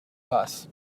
bus